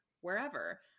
wherever